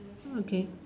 hmm okay